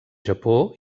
japó